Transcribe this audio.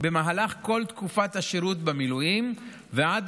במהלך כל תקופת השירות במילואים ועד